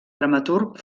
dramaturg